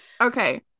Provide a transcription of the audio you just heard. okay